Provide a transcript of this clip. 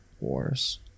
wars